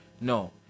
no